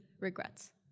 regrets